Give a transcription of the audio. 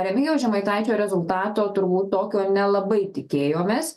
remigijaus žemaitaičio rezultato turbūt tokio nelabai tikėjomės